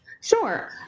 Sure